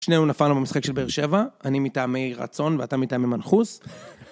שנינו נפלנו במשחק של באר שבע אני מטעמי רצון ואתה מטעמי מנחוס